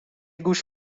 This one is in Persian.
گوش